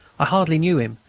i hardly knew him,